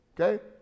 Okay